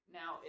now